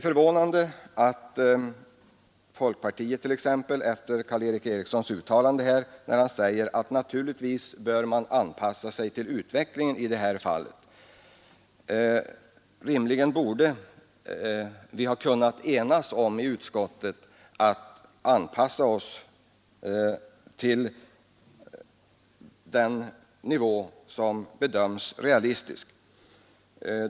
Folkpartiets företrädare Karl Erik Eriksson uttalade t.ex. här att naturligtvis bör man anpassa sig till utvecklingen i det här fallet. Rimligen borde vi då i utskottet ha kunnat anpassa oss till den nivå som bedöms vara realistisk.